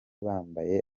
bambaye